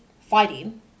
fighting